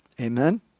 Amen